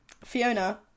Fiona